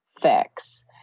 fix